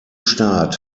start